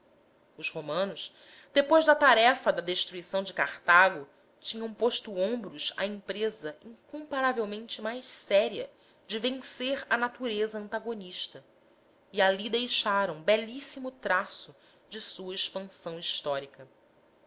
os romanos depois da tarefa da destruição de cartago tinham posto ombros à empresa incomparavelmente mais séria de vencer a natureza antagonista e ali deixaram belíssimo traço de sua expansão histórica